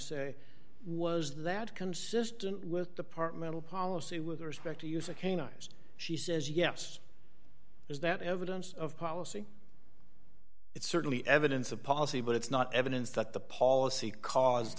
say was that consistent with departmental policy with respect to use a cane ised she says yes is that evidence of policy it's certainly evidence of policy but it's not evidence that the policy caused